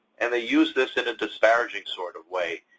and they use this in a disparaging sort of way,